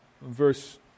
verse